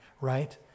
right